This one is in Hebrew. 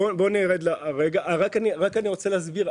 אני רוצה קודם להסביר.